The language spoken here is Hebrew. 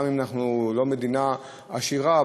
גם אם אנחנו לא מדינה עשירה,